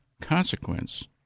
consequence